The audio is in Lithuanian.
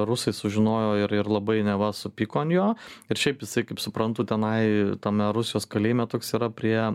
rusai sužinojo ir ir labai neva supyko an jo ir šiaip jisai kaip suprantu tenai tame rusijos kalėjime toks yra prie